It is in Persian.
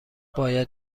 باید